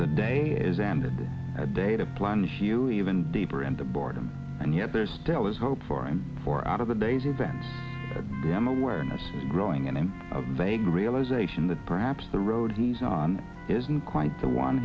the day is ended at data plans you even deeper into boredom and yet there still is hope for a four out of the day's events them awareness growing and a vague realisation that perhaps the road he's on isn't quite the one